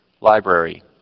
Library